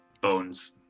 bones